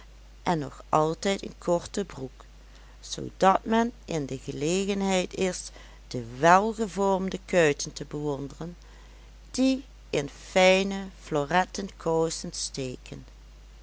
en nog altijd een korte broek zoodat men in de gelegenheid is de welgevormde kuiten te bewonderen die in fijne floretten kousen steken